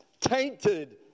tainted